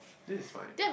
this is fine